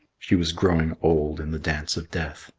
she was growing old in the dance of death.